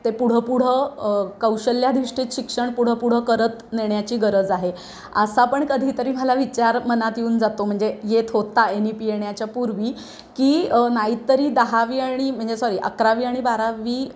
ते पुढं पुढं कौशल्याधिष्ठित शिक्षण पुढं पुढं करत नेण्याची गरज आहे असा पण कधीतरी मला विचार मनात येऊन जातो म्हणजे येत होता येन ई पी येण्याच्या पूर्वी की नाहीतरी दहावी आणि म्हणजे सॉरी अकरावी आणि बारावी